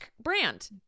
brand